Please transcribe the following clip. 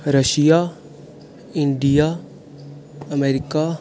Russia India America